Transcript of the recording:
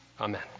Amen